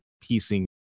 piecing